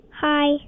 Hi